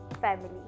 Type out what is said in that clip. family